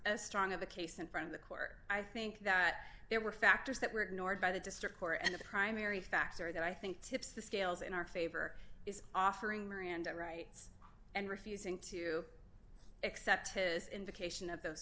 a strong of a case in front of the court i think that there were factors that were ignored by the district court and the primary factor that i think tips the scales in our favor is offering miranda rights and refusing to accept this indication of those